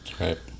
Right